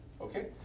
Okay